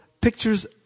pictures